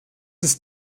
ist